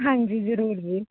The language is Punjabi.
ਹਾਂਜੀ ਜ਼ਰੂਰ ਜੀ